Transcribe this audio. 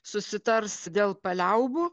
susitars dėl paliaubų